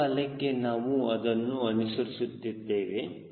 ಲಂಬ ಬಾಲಕ್ಕೆ ನಾವು ಅದನ್ನು ಅನುಸರಿಸುತ್ತೇವೆ